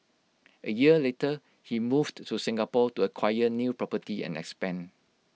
A year later he moved to Singapore to acquire new property and expand